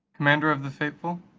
commander of the faithful,